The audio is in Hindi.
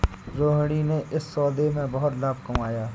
रोहिणी ने इस सौदे में बहुत लाभ कमाया